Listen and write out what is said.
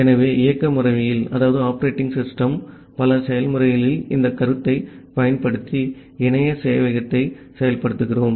ஆகவே இயக்க முறைமையில் பல செயல்முறைகளின் இந்த கருத்தைப் பயன்படுத்தி இணை சேவையகத்தை செயல்படுத்துகிறோம்